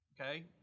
okay